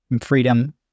freedom